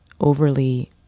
overly